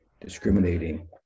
discriminating